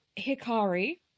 Hikari